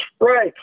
Right